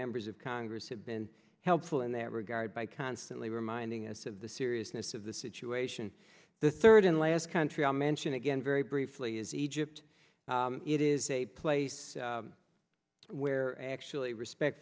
members of congress have been helpful in that regard by constantly reminding us of the seriousness of the situation the third and last country i mentioned again very briefly is egypt it is a place where actually respect